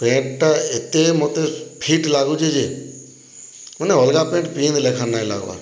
ପ୍ୟାଣ୍ଟ୍ଟା ଏତେ ମୋତେ ଫିଟ୍ ଲାଗୁଛେ ଯେ ମାନେ ଅଲ୍ଗା ପ୍ୟାଣ୍ଟ୍ ପିନ୍ଧ୍ ଲେଖାନ୍ ନାଇଁ ଲାଗ୍ବାର୍